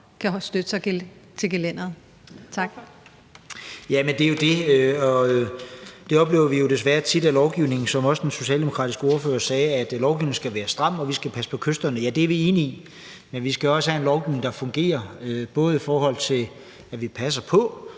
Ordføreren. Kl. 18:34 René Christensen (DF): Vi oplever jo desværre tit, at lovgivningen – som også den socialdemokratiske ordfører sagde – skal være stram. Og vi skal passe på kysterne. Ja, det er vi enige i, men vi skal også have en lovgivning, der fungerer, både i forhold til at vi passer på,